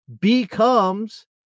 becomes